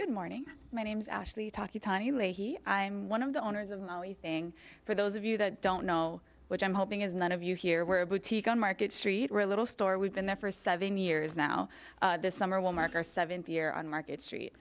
good morning my name's ashley talking tony leahy i'm one of the owners of the thing for those of you that don't know which i'm hoping is none of you here we're a boutique on market street or a little store we've been there for seven years now this summer will mark our seventh year on market street